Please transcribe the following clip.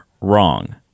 wrong